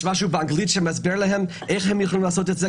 יש יש משהו באנגלית שמסביר להם איך הם יכולים לעשות את זה?